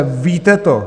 Víte to!